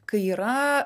kai yra